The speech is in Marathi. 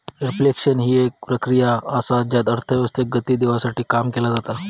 रिफ्लेक्शन हि एक प्रक्रिया असा ज्यात अर्थव्यवस्थेक गती देवसाठी काम केला जाता